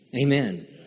Amen